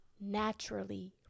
naturally